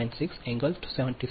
96 77